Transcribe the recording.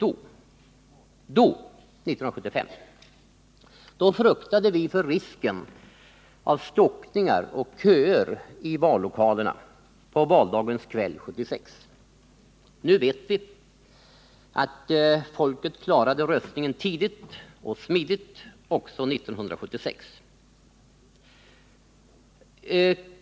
Då - 1975 — fruktade vi risk för stockningar och köer i vallokalerna på valdagens kväll 1976. Nu vet vi att folk klarade röstningen tidigt och smidigt också 1976.